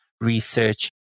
research